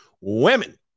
women